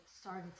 started